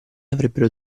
avrebbero